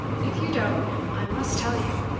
if you don't, i must tell you.